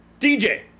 DJ